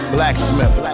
Blacksmith